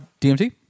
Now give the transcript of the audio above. DMT